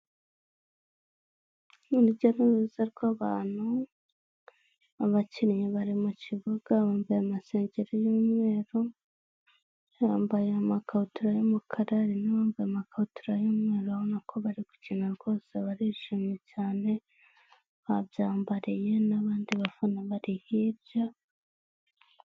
Urujya n'uruza rw'abantu, abakinnyi bari mu kibuga bambaye amasengeri y'umweru, bambaye amakabutura y'umukara, hari n'abambaye amakabutura y'umweru urabona ko bari gukina rwose barishimye cyane, babyambariye n'abandi bafana bari hirya.